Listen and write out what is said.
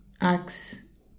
acts